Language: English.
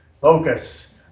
focus